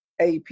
AP